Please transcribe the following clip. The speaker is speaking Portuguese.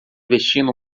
vestindo